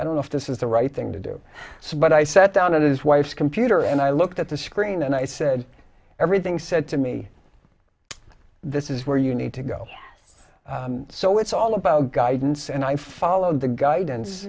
i don't know if this is the right thing to do so but i sat down at his wife's computer and i looked at the screen and i said everything said to me this is where you need to go so it's all about guidance and i followed the guidance